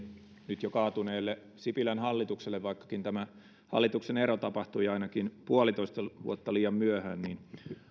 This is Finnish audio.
nyt jo kaatuneelle sipilän hallitukselle vaikkakin hallituksen ero tapahtui ainakin puolitoista vuotta liian myöhään